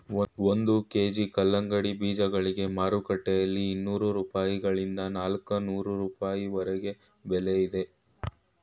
ಒಂದು ಕೆ.ಜಿ ಕಲ್ಲಂಗಡಿ ಬೀಜಗಳಿಗೆ ಮಾರುಕಟ್ಟೆಯಲ್ಲಿ ಇನ್ನೂರು ರೂಪಾಯಿಗಳಿಂದ ನಾಲ್ಕನೂರು ರೂಪಾಯಿವರೆಗೆ ಬೆಲೆ ಇದೆ